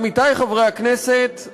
עמיתי חברי הכנסת,